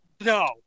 No